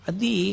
Adi